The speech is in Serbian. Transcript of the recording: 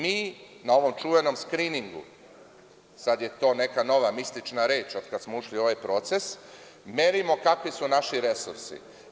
Mi na ovom čuvenom skriningu, sada je to neka nova mistična reč od kad smo ušli u ovaj proces, merimo kakvi su naši resursi.